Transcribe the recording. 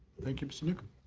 thank you, mr. newcomb.